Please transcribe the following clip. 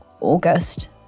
August